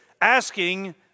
asking